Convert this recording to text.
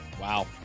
Wow